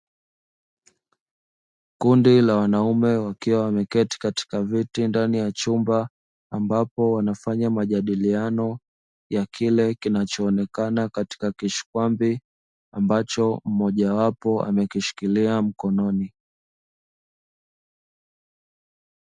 Kundi la kundi la wanaume wakiwa wameketi katika viti ndani ya chumba, ambapo wanafanya majadiliano ya kile kinachoonekana katika kishikwambi ambacho moja wapo amekishikilia mkononi.